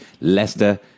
Leicester